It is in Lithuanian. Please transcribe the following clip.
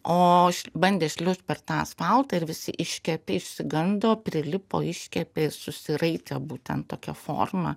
o bandė šliaužt per tą asfaltą ir visi iškepė išsigando prilipo iškepė susiraitė būtent tokia forma